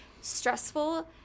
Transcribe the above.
stressful